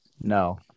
No